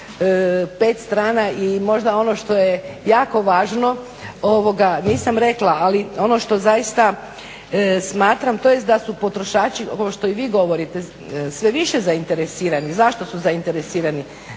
5 strana i možda ono što je jako važno nisam rekla, ali ono što zaista smatram to je da su potrošači ovo što i vi govorite, sve više zainteresirani. Zašto su zainteresirani,